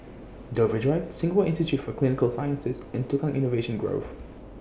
Dover Drive Singapore Institute For Clinical Sciences and Tukang Innovation Grove